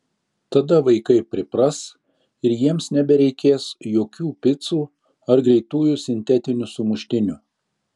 tada vaikai pripras ir jiems nebereikės jokių picų ar greitųjų sintetinių sumuštinių